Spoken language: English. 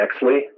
Exley